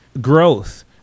growth